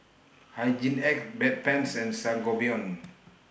Hygin X Bedpans and Sangobion